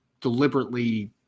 deliberately